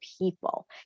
people